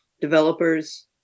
developers